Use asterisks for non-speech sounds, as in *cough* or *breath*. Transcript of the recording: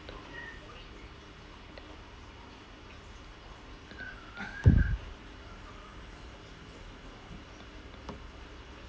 *breath*